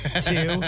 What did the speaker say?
Two